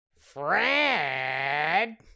Fred